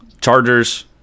Chargers